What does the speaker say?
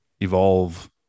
evolve